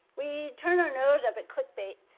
we turn our nose up at clickbait,